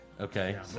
Okay